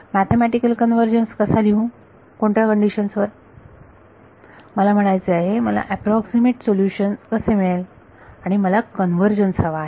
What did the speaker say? mathematical convergence कसा लिहू कोणत्या कंडिशन्स वर मला म्हणायचे आहे मला अॅप्रॉक्सीमेट सोल्युशन कसे मिळेल आणि मला कन्वर्जन्स हवा आहे